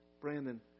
Brandon